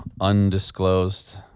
undisclosed